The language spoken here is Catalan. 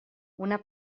una